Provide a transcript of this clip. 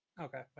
okay